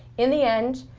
in the end,